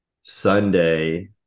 sunday